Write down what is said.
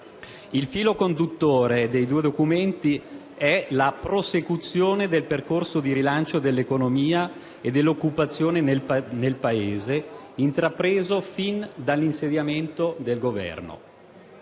Il filo conduttore dei due documenti è la prosecuzione del percorso di bilancio dell'economia e dell'occupazione nel Paese intrapreso fin dall'insediamento del Governo.